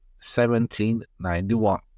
1791